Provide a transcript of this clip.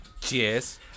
Cheers